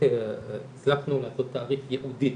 הצלחנו לעשות תעריף ייעודי